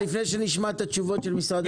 לפני שנשמע את התשובות של משרד הממשלה.